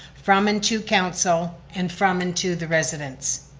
from and to council and from and to the residents.